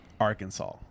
Arkansas